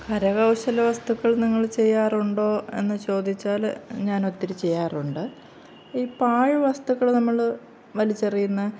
കരകൗശല വസ്തുക്കൾ നിങ്ങൾ ചെയ്യാറുണ്ടോ എന്ന് ചോദിച്ചാല് ഞാൻ ഒത്തിരി ചെയ്യാറുണ്ട് ഈ പാഴ് വസ്തുക്കൾ നമ്മള് വലിച്ചെറിയുന്ന